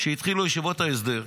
כשהתחילו ישיבות ההסדר,